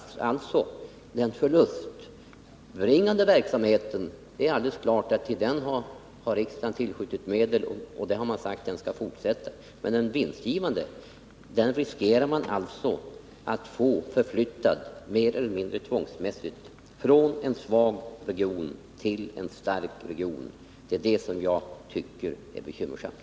Till den förlustbringande verksamheten är det alldeles klart att riksdagen har tillskjutit medel och att man sagt att den skall fortsätta. Men den vinstgivande verksamheten riskerar man alltså att mer eller mindre tvångsmässigt få förflyttad från en svag region till en stark region. Det är det jag tycker är bekymmersamt.